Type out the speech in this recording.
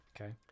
okay